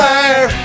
Fire